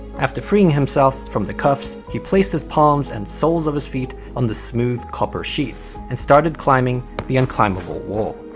after freeing himself from the cuffs, he placed his palms and soles of his feet on the smooth copper sheets and started climbing the unclimbable wall.